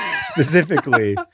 Specifically